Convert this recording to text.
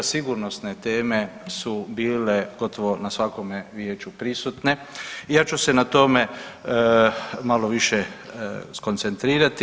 Sigurnosne teme su bile gotovo na svakome vijeću prisutne i ja ću se na tome malo više skoncentrirati.